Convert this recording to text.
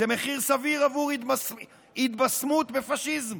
זה מחיר סביר עבור התבשמות בפשיזם.